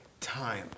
time